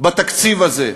בתקציב הזה?